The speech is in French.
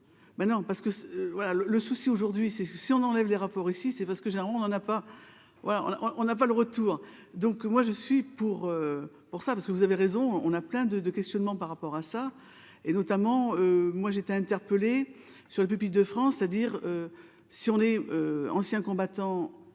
non, parce que voilà le le souci aujourd'hui, c'est que si on enlève les rapports ici, c'est parce que généralement on n'en a pas, voilà, on a on a pas le retour, donc moi je suis pour, pour ça, parce que vous avez raison, on a plein de de questionnement par rapport à ça et notamment moi j'ai été interpellé sur le pupitre de France, c'est-à-dire si on est ancien combattant,